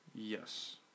Yes